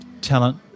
talent